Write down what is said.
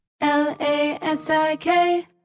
L-A-S-I-K